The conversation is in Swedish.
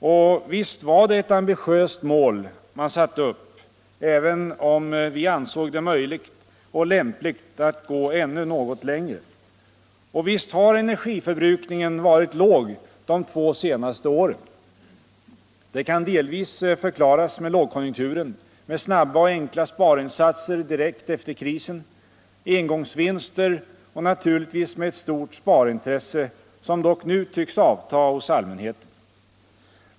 Och visst var det ett ambitiöst mål man satte upp — även om vi ansåg det möjligt och lämpligt att gå ännu något längre. Och visst har energiförbrukningen varit låg de två senaste åren. Det kan delvis förklaras med lågkonjunkturen, med snabba och enkla sparinsatser direkt efter krisen, med engångsvinster och naturligtvis med ett stort sparintresse — som dock nu tycks avta — hos allmänheten.